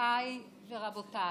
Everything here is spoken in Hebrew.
גבירותיי ורבותיי,